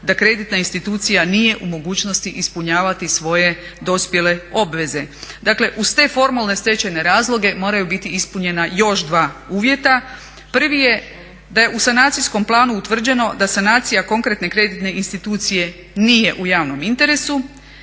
da kreditna institucija nije u mogućnosti ispunjavati svoje dospjele obveze. Dakle, uz te formalne stečajne razloge moraju biti ispunjena još 2 uvjeta. Prvi je da je u sanacijskom planu utvrđeno da sanacija konkretne kreditne institucije nije u javnom interesu